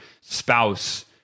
spouse